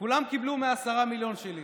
כולם קיבלו מ-10 המיליון שלי.